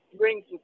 brings